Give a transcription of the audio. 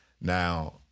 Now